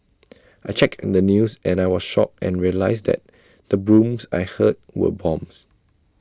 I checked the news and I was shocked and realised that the booms I heard were bombs